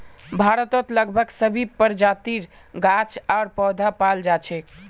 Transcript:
भारतत लगभग सभी प्रजातिर गाछ आर पौधा पाल जा छेक